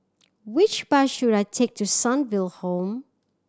which bus should I take to Sunnyville Home